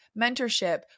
mentorship